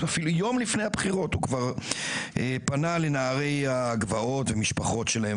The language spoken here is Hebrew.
אפילו יום לפני הבחירות הוא כבר פנה לנערי הגבעות והמשפחות שלהם,